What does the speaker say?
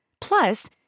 Plus